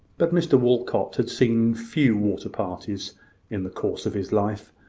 but mr walcot had seen few water-parties in the course of his life,